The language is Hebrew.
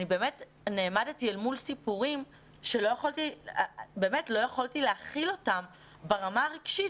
עמדתי מול סיפורים שלא יכולתי להכיל אותם ברמה הרגשית.